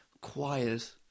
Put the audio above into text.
quiet